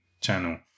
channel